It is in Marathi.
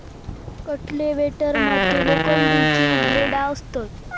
कल्टिवेटर मध्ये लोखंडाची ब्लेडा असतत